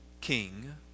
king